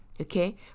Okay